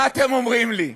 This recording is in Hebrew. מה אתם אומרים לי: